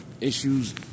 issues